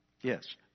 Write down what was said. yes